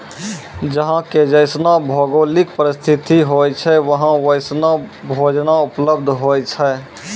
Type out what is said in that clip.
जहां के जैसनो भौगोलिक परिस्थिति होय छै वहां वैसनो भोजनो उपलब्ध होय छै